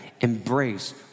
Embrace